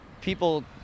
people